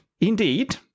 indeed